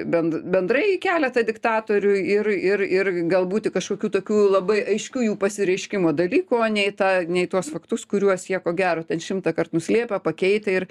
bend bendrai į keletą diktatorių ir ir ir galbūt kažkokių tokių labai aiškių jų pasireiškimo dalyko o ne į tą ne į tuos faktus kuriuos jie ko gero ten šimtąkart nuslėpę pakeitę ir